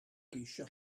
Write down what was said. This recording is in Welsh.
geisio